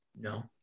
No